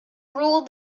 ruled